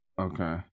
Okay